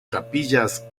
capillas